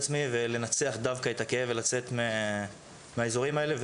עצמי ולנצח דווקא את הכאב ולצאת מהאזורים האלה.